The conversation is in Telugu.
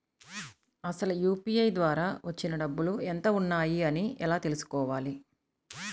అసలు యూ.పీ.ఐ ద్వార వచ్చిన డబ్బులు ఎంత వున్నాయి అని ఎలా తెలుసుకోవాలి?